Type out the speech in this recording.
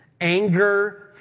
Anger